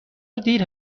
دیر